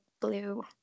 blue